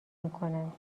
میکنند